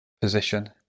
position